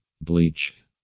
Bleach